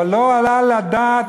אבל לא עלה על הדעת,